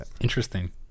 Interesting